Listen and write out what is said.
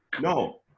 no